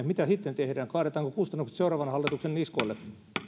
mitä sitten tehdään kaadetaanko kustannukset seuraavan hallituksen niskoille